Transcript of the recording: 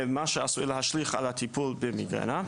מה שעשוי להשליך על הטיפול במיגרנה.